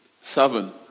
seven